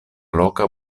loka